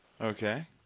Okay